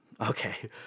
okay